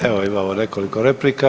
Evo imamo nekoliko replika.